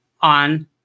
on